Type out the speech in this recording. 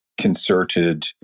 concerted